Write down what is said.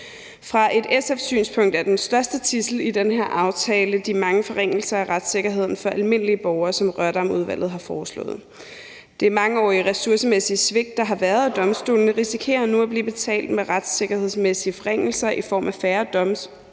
Fra et SF-synspunkt er den største tidsel i den her aftale de mange forringelser af retssikkerheden for almindelige borgere, som Rørdamudvalget har foreslået. Det mangeårige ressourcemæssige svigt, der har været af domstolene, risikerer nu at blive betalt med retssikkerhedsmæssige forringelser i form af færre domsmænd